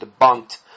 debunked